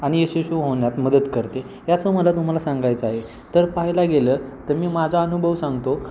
आणि यशस्वी होण्यात मदत करते याचं मला तुम्हाला सांगायचं आहे तर पाह्यला गेलं तर मी माझा अनुभव सांगतो